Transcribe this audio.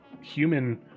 human